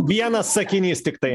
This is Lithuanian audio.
vienas sakinys tiktai